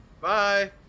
Bye